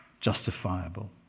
justifiable